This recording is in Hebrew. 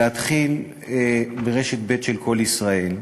להתחיל ברשת ב' של "קול ישראל"